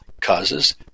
causes